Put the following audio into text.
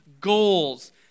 goals